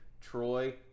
Troy